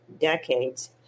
decades